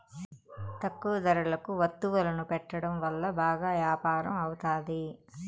తక్కువ ధరలకు వత్తువులను పెట్టడం వల్ల బాగా యాపారం అవుతాది